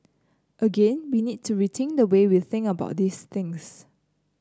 again we need to rethink the way we think about these things